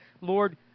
Lord